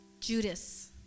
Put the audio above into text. Judas